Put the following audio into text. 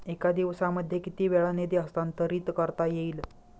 एका दिवसामध्ये किती वेळा निधी हस्तांतरीत करता येईल?